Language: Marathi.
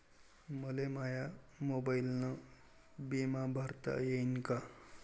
मले माया मोबाईलनं बिमा भरता येईन का?